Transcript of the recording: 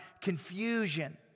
confusion